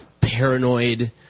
paranoid